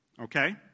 okay